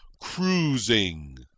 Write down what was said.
Cruising